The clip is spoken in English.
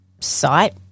site